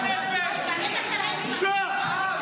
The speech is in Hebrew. בושה.